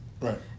right